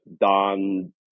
Don